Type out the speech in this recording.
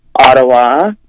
Ottawa